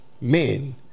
men